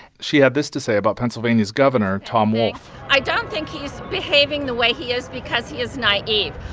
she had this to say about pennsylvania's governor, tom wolf i don't think he's behaving the way he is because he is naive.